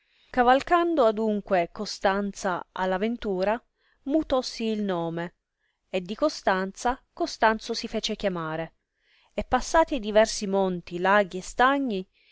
cavalcando adunque costanza alla ventura mutossi il nome e di costanza costanzo si fece chiamare e passati diversi monti laghi e stagni